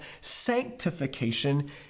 sanctification